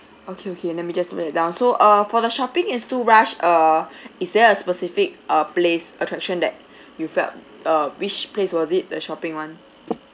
okay okay let me just note that down so uh for the shopping is too rushed err is there a specific uh place attraction that you felt uh which place was it the shopping [one]